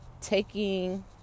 Taking